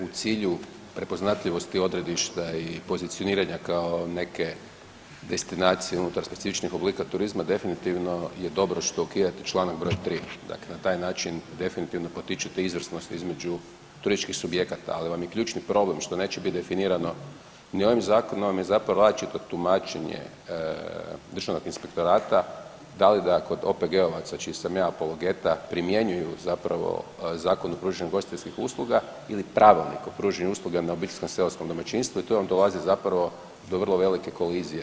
U cilju prepoznatljivosti odredišta i pozicioniranja kao neke destinacije unutar specifičnih oblika turizma definitivno je dobro što ukidate Članak broj 3., dakle na taj način definitivno potičete izvrsnost između subjekata ali vam je ključni problem što neće biti definirano ni ovim zakon vam je zapravo različito tumačenje državnog inspektorata, da li kod OPG-ovaca čiji sam ja apologeta primjenjuju zapravo Zakon o pružanju ugostiteljskih usluga ili Pravilnik o pružanju usluga na obiteljskom seoskom domaćinstvu i tu vam dolazi zapravo do vrlo velike kolizije.